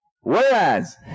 Whereas